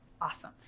Awesome